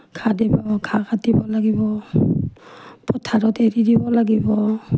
ঘাঁহ দিব ঘাঁহ কাটিব লাগিব পথাৰত এৰি দিব লাগিব